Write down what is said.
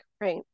right